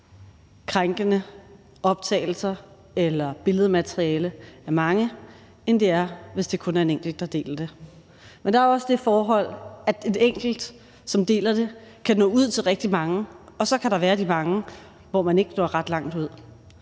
krænkende optagelser eller billedmateriale af mange, end det er, hvis det kun er en enkelt, der deler det. Men der er også det forhold, at en enkelt, som deler det, kan nå ud til rigtig mange, og så kan der være de mange, hvor man ikke når ret langt ud.